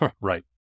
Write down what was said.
Right